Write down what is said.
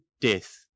death